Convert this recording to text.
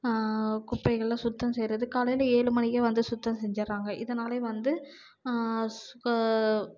குப்பைகள்லாம் சுத்தம் செய்கிறது காலையில் ஏழு மணிக்கே வந்து சுத்தம் செஞ்சிடறாங்க இதனாலே வந்து